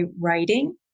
writing